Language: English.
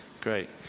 Great